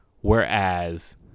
Whereas